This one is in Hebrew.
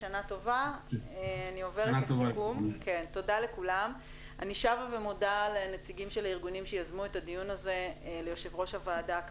החובה היא קודם כל חובה מוסרית.